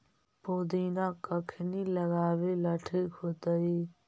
पुदिना कखिनी लगावेला ठिक होतइ?